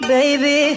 Baby